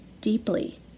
deeply